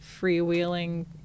freewheeling